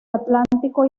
atlántico